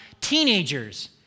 teenagers